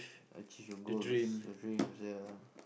achieve your goals your dreams ya